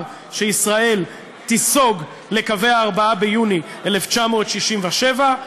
שישראל תיסוג לקווי ה-4 ביוני 1967,